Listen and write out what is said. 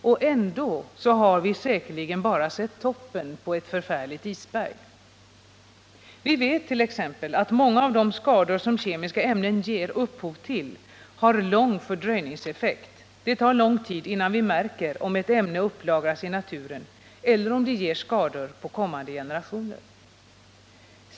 Och ändå har vi säkerligen bara sett toppen av ett förfärligt isberg. Vi vett.ex. att många av de skador som kemiska ämnen ger upphov till har lång fördröjningseffekt. Det tar lång tid innan vi märker om ett ämne upplagras i naturen eller om det ger skador på kommande generationer.